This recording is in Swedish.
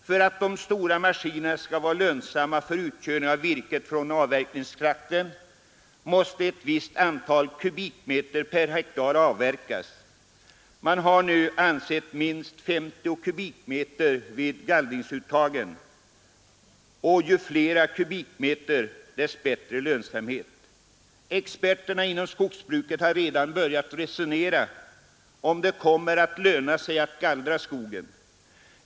För att de stora maskinerna skall vara lönsamma för utkörning av virket från avverkningstrakten måste ett visst antal kubikmeter per hektar avverkas; man har nu ansett minst 50 kubikmeter vid gallringsuttagen. Ju flera kubikmeter, dess bättre lönsamhet. Experterna inom skogsbruket har redan börjat resonera om huruvida det kommer att löna sig att gallra skogen.